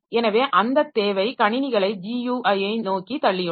எனவே அந்த தேவை கணினிகளை GUI ஐ நோக்கி தள்ளியுள்ளது